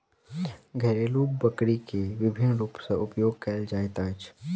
घरेलु बकरी के विभिन्न रूप सॅ उपयोग कयल जाइत अछि